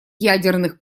ядерных